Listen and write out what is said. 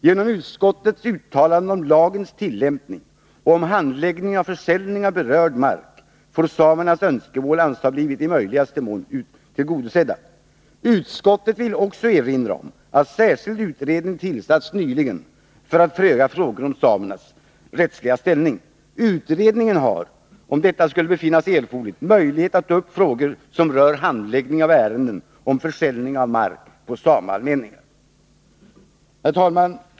Genom utskottets uttalanden om lagens tillämpning och om handläggningen av försäljning av berörd mark får samernas önskemål anses ha blivit i möjligaste mån tillgodosedda. Utskottet vill också erinra om att en särskild utredning tillsatts nyligen för att pröva frågor om samernas rättsliga ställning. Utredningen har, om detta skulle befinnas erforderligt, möjlighet att ta upp frågor som rör handläggningen av ärenden om försäljning av mark på sameallmänningarna.” Herr talman!